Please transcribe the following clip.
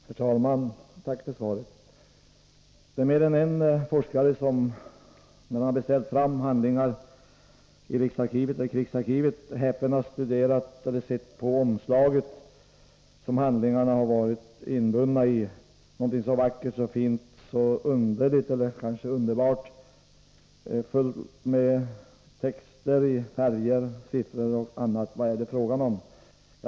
Herr talman! Tack för svaret! Det är mer än en forskare som när han beställt fram handlingar i riksarkivet häpen har sett på det omslag som handlingarna varit inbundna i. Någonting så vackert, så fint, så underligt eller kanske underbart! Fullt med texter, siffror och annat, i färger! Vad är det fråga om?